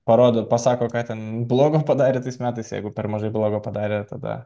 parodo pasako ką ten blogo padarė tais metais jeigu per mažai blogo padarė tada